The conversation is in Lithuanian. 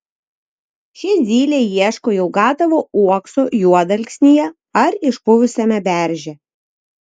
ši zylė ieško jau gatavo uokso juodalksnyje ar išpuvusiame berže